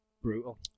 Brutal